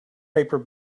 paper